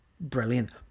brilliant